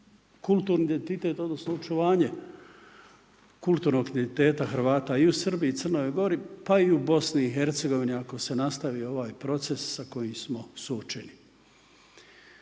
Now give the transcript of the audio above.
kulturnog identiteta Hrvata i u Srbiji, Crnoj Gori, pa i u Bosni i Hercegovini ako se nastavi ovaj proces sa kojim smo suočeni.